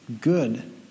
good